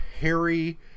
Harry